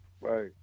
Right